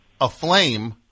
aflame